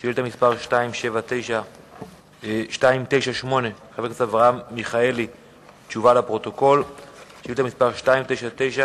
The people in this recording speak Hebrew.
ביום כ"ג בתמוז התשס"ט (15 ביולי 2009): בערים רבות בארץ קיימים